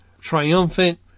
triumphant